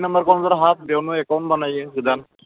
थिन नामबार काउन्टाराव हाब बेयावनो एकाउन्ट बानायो गोदान